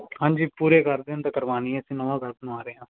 ਹਾਂਜੀ ਪੂਰੇ ਕਰ ਦੇਣ ਤਾਂ ਕਰਵਾਉਣੀ ਹੈ ਅਸੀਂ ਨਵਾਂ ਘਰ ਬਣਾ ਰਹੇ ਹਾਂ